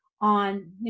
on